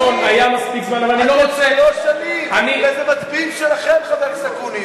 זה מצביעים שלכם, חבר הכנסת אקוניס,